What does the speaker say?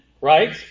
right